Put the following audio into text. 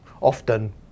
often